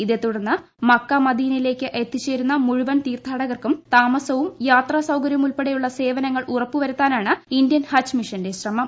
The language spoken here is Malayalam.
ഇതേ തുടർന്ന് മക്കാ മദീനയിലേക്ക് എത്തിച്ചേരുന്ന മുഴുവൻ തീർത്ഥാടകർക്കും താമസവും യാത്രാസൌകര്യവുൾപ്പെടെയുള്ള സേവനങ്ങൾ ഉറപ്പുവരുത്താ നാണ് ഇന്ത്യൻ ഹജ്ജ് മിഷന്റെ ശ്രമം